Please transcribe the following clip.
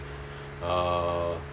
uh